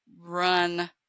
run